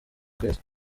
ukwezi